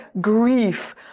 grief